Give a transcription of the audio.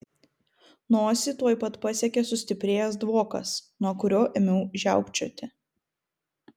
nosį tuoj pat pasiekė sustiprėjęs dvokas nuo kurio ėmiau žiaukčioti